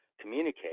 communicate